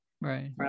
Right